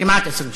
כמעט 20 שנים,